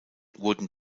wurden